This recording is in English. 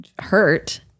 hurt